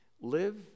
Live